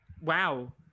Wow